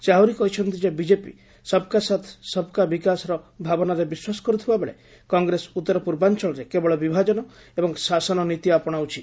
ସେ ଆହୁରି କହିଛନ୍ତି ବିଜେପି 'ସବ୍କା ସାଥ୍ ସବ୍କା ବିକାଶ' ଭାବନାରେ ବିଶ୍ୱାସ କରୁଥିବାବେଳେ କଂଗ୍ରେସ ଉତ୍ତର ପୂର୍ବାଞ୍ଚଳରେ କେବଳ ବିଭାଜନ ଏବଂ ଶାସନ ନୀତି ଆପଣାଉଛି